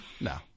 No